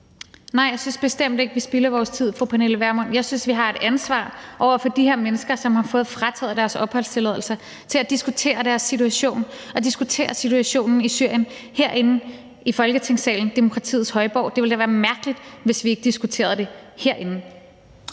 Nej, jeg synes bestemt ikke, at vi spilder vores tid, fru Pernille Vermund. Jeg synes, vi har et ansvar over for de her mennesker, som har fået frataget deres opholdstilladelse, til at diskutere deres situation og diskutere situationen i Syrien herinde i Folketingssalen, demokratiets højborg. Det ville da være mærkeligt, hvis vi ikke diskuterede det herinde.